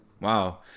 Wow